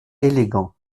élégant